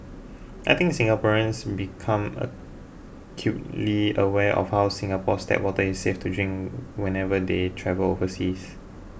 I think Singaporeans become acutely aware of how Singapore's tap water is safe to drink whenever they travel overseas